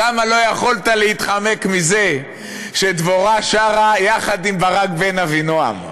שם לא יכולת להתחמק מזה שדבורה שרה יחד עם ברק בן אבינעם.